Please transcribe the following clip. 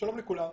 שלום לכולם,